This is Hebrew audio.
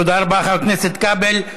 תודה רבה, חבר הכנסת כבל.